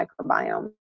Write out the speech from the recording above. microbiome